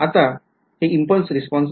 आता हे impulse response आहे